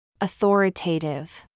Authoritative